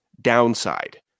downside